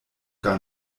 gar